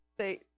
say